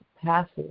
passes